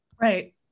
Right